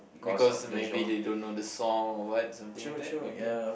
because maybe they don't know the song or what something like that okay